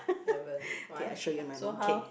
haven't why so how